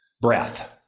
breath